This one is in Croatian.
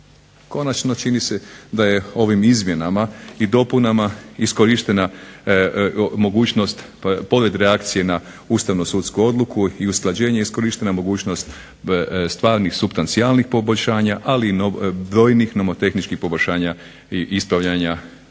Konačno, čini se da je ovim izmjenama i dopunama iskorištena mogućnost pored reakcije na ustavnu sudsku odluku i usklađenje iskorištena je mogućnost stvarnih supstancijalnih poboljšanja, ali i brojnih nomotehničkih poboljšanja i ispravljanja